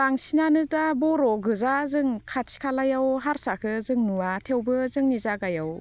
बांसिनानो दा बर' गोजा जों खाथि खालायाव हारसाखौ जों नुवा थेवबो जोंनि जागायाव